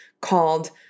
called